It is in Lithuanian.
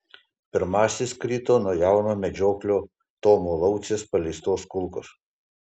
pirmasis krito nuo jauno medžioklio tomo laucės paleistos kulkos